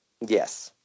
Yes